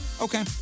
Okay